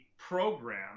program